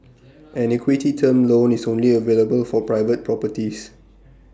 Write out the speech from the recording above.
an equity term loan is only available for private properties